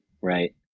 right